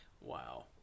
Wow